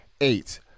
eight